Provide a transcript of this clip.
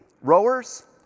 rowers